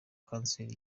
kanseri